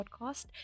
podcast